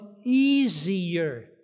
easier